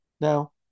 Now